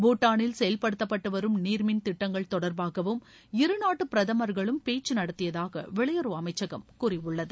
பூடாளில் செயல்படுத்தப்பட்டு வரும் நீர்மின் திட்டங்கள் தொடர்பாகவும் இரு நாட்டு பிரதமர்களும் பேச்சு நடத்தியாக வெளியுறவு அமைச்சகம் கூறியுள்ளது